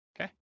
Okay